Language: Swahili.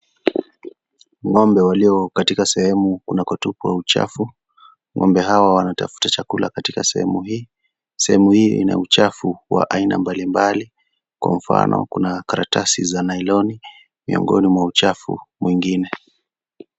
Ng'ombe walio katika sehemu kunakotupwa uchafu. Ng'ombe hao wanatafuta chakula katika sehemu hii. Sehemu hii ina uchafu wa aina mbalimbali. Kwa mfano kuna karatasi za nailoni miongoni mwa uchafu mwingine.